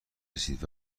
رسید